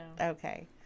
Okay